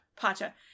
Pacha